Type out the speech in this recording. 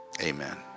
amen